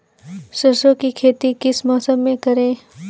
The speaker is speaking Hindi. सरसों की खेती किस मौसम में करें?